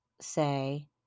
say